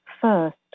First